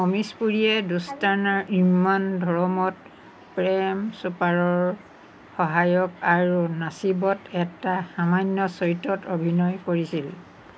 অমিশ পুৰীয়ে দোস্তানা ইম্মান ধৰমত প্ৰেম চোপাৰৰ সহায়ক আৰু নাচিবত এটা সামান্য চৰিত্ৰত অভিনয় কৰিছিল